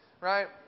right